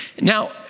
Now